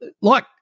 look